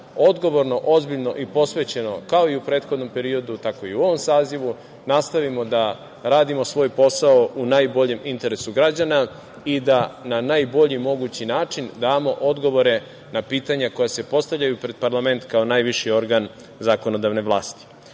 odgovorno, ozbiljno i posvećeno, kao i u prethodnom periodu, tako i u ovom sazivu, nastavimo da radimo svoj posao u najboljem interesu građana i da na najbolji mogući način damo odgovore na pitanja koja se postavljaju pred parlament kao najviši organ zakonodavne vlasti. Kada